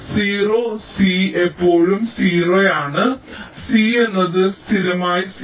0 c എപ്പോഴും 0 ആണ് c എന്നത് സ്ഥിരമായ 0